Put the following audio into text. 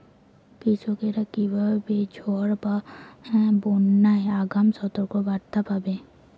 কৃষকেরা কীভাবে ঝড় বা বন্যার আগাম সতর্ক বার্তা পাবে?